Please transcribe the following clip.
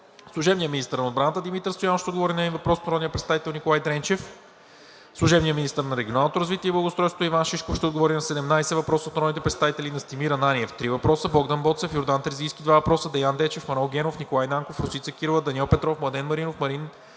Служебният министър на отбраната Димитър Стоянов ще отговори на един въпрос от народния представител Николай Дренчев. 12. Служебният министър на регионалното развитие и благоустройството Иван Шишков ще отговори на седемнадесет въпроса от народните представители Настимир Ананиев – три въпроса; Богдан Боцев; Йордан Терзийски – 2 въпроса; Деян Дечев; Манол Генов; Николай Нанков; Росица Кирова; Даниел Петров; Младен Маринов, Марин